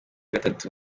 gatatu